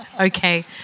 Okay